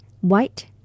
white